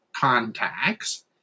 contacts